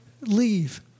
leave